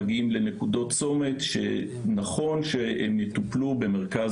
מגיעים לנקודות צומת שנכון שהם יטופלו במרכז